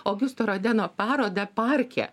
ogiusto rodeno paroda parke